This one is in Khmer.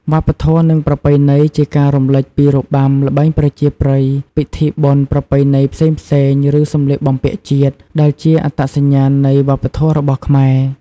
វប្បធម៌ និងប្រពៃណីជាការរំលេចពីរបាំ ល្បែងប្រជាប្រិយ ពិធីបុណ្យប្រពៃណីផ្សេងៗ ឬសម្លៀកបំពាក់ជាតិ ដែលជាអត្តសញ្ញាណនៃវប្បធម៌របស់ខ្មែរ។